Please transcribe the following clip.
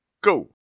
Go